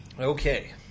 Okay